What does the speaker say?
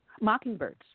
Mockingbirds